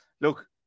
look